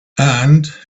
and